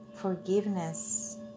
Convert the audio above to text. forgiveness